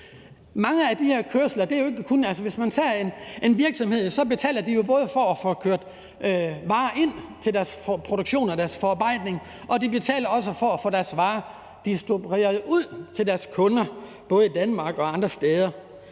tager en virksomhed, betaler de jo både for at få kørt varer ind til deres produktion og deres forarbejdning, og de betaler også for at få deres varer distribueret ud til deres kunder i både Danmark og andre steder.